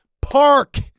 Park